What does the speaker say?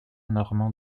normand